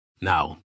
Now